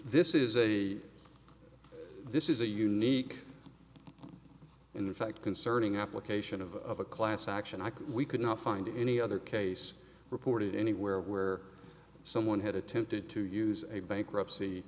this is a this is a unique in fact concerning application of a class action i could we could not find any other case reported anywhere where someone had attempted to use a bankruptcy